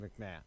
McMahon